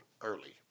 early